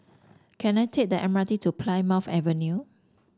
can I take the M R T to Plymouth Avenue